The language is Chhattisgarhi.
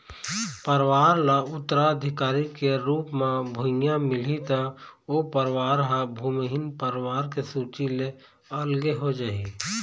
परवार ल उत्तराधिकारी के रुप म भुइयाँ मिलही त ओ परवार ह भूमिहीन परवार के सूची ले अलगे हो जाही